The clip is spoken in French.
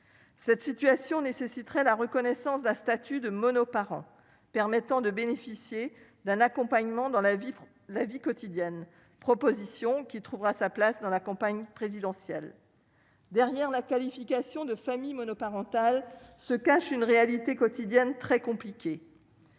Cette situation nécessiterait la reconnaissance d'un statut de mono-par permettant de bénéficier d'un accompagnement dans la vitre la vie quotidienne, proposition qui trouvera sa place dans la campagne présidentielle derrière la qualification de familles monoparentales se cache une réalité quotidienne très compliqué